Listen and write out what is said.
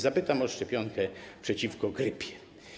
Zapytam o szczepionkę przeciwko grypie.